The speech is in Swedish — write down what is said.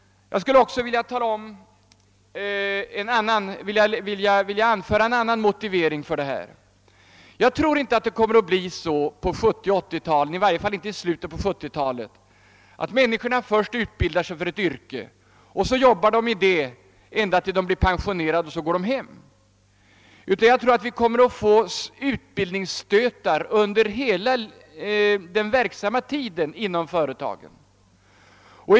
Jag vill också anföra en annan motivering för denna inställning. Jag tror inte att det under 1970 eller 1980-talen — i varje fall inte från slutet av 1970-talet — kommer att bli så, att människorna först utbildar sig för ett yrke för att arbeta i detta ända tills de blir pensionerade och upphör att vara verksamma i yrkeslivet. Jag tror att det i stället kommer att sättas in utbildningsstötar inom företagen under de anställdas hela verksamma tid.